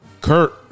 Kurt